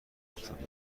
افتاده